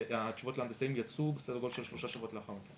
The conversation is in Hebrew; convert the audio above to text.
התשובות לנושאים יצאו בסדר גודל של שלושה שבועות לאחר מכן.